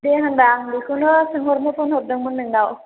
दे होनबा आं बेखौनो सोंहरनो फ'न हरदोंमोन नोंनाव